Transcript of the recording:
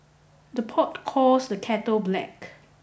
the pot calls the kettle black